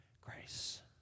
Grace